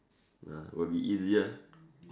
ah will be easier